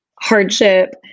hardship